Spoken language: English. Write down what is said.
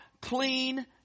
clean